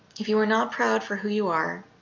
if you are not proud for who you are,